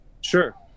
sure